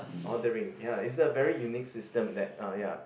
ordering ya it's a very unique system that uh ya